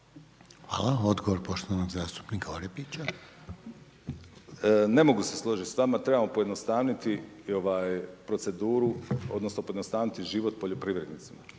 Hvala. Odgovor poštovanog zastupnika Orepića. **Orepić, Vlaho (Nezavisni)** Ne mogu se složit s vama, trebamo pojednostaviti proceduru, odnosno pojednostaviti život poljoprivrednicima,